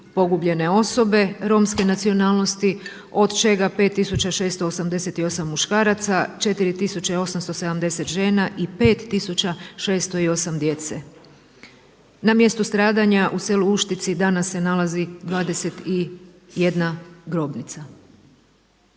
pogubljene osobe romske nacionalnosti od čega 5678 muškaraca, 4870 žena i 5608 djece. Na mjestu stradanja u selu Uštici danas se nalazi 21 grobnica.